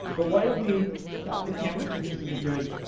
but why don't we stop the camera, since this is a good?